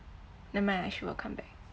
never mind she will come back